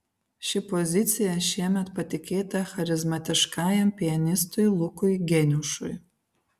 ši pozicija šiemet patikėta charizmatiškajam pianistui lukui geniušui